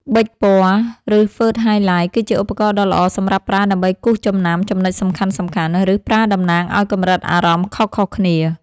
ប៊ិចពណ៌ ឬហ្វឺតហាយឡាយ គឺជាឧបករណ៍ដ៏ល្អសម្រាប់ប្រើដើម្បីគូសចំណាំចំណុចសំខាន់ៗ ឬប្រើតំណាងឱ្យកម្រិតអារម្មណ៍ខុសៗគ្នា។